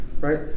right